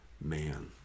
man